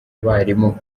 abarimu